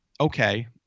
okay